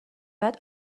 بعد